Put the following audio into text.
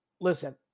Listen